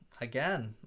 again